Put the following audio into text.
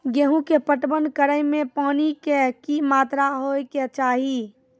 गेहूँ के पटवन करै मे पानी के कि मात्रा होय केचाही?